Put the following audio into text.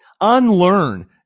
Unlearn